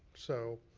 so